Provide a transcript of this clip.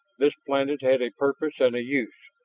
this planet had a purpose and a use,